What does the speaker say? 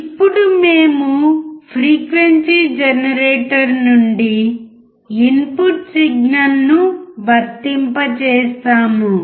ఇప్పుడు మేము frequency generator నుండి ఇన్పుట్ సిగ్నల్ను వర్తింపజేస్తాము